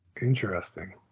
Interesting